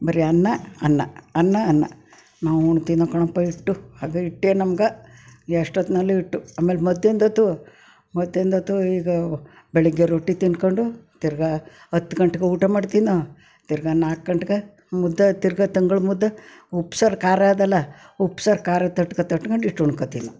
ಬರೀ ಅನ್ನ ಅನ್ನ ಅನ್ನ ಅನ್ನ ನಾವು ಉಣ್ತಿದ್ದವು ಕಣಪ್ಪ ಹಿಟ್ಟು ಅದು ಹಿಟ್ಟೆ ನಮ್ಗೆ ಎಷ್ಟೊತ್ತಿನಲ್ಲೂ ಇಟ್ಟು ಆಮೇಲೆ ಮಧ್ಯಾಹ್ನದ್ ಹೊತ್ತು ಮಧ್ಯಾಹ್ನದ ಹೊತ್ತು ಈಗ ಬೆಳಗ್ಗೆ ರೊಟ್ಟಿ ತಿಂದ್ಕೊಂಡು ತಿರುಗಾ ಹತ್ತು ಗಂಟ್ಗೆ ಊಟ ಮಾಡ್ತಿದ್ದು ನಾವು ತಿರುಗಾ ನಾಲ್ಕು ಗಂಟ್ಗೆ ಮುದ್ದೆ ತಿರುಗಾ ತಂಗಳು ಮುದ್ದೆ ಉಪ್ಸಾರು ಖಾರ ಅದಲ್ಲ ಉಪ್ಸಾರು ಖಾರ ತಟ್ಕೊ ತಟ್ಕೊಂಡು ಇಟ್ಟು ಉಣ್ಕೊಳ್ತೀವಿ ನಾವು